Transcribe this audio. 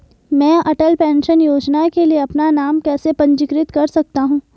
मैं अटल पेंशन योजना के लिए अपना नाम कैसे पंजीकृत कर सकता हूं?